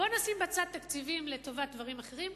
בוא נשים בצד תקציבים לטובת דברים אחרים,